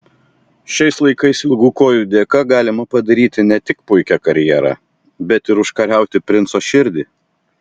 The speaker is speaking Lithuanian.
šiais laikais ilgų kojų dėka galima padaryti ne tik puikią karjerą bet ir užkariauti princo širdį